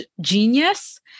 genius